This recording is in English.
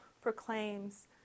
proclaims